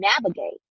navigate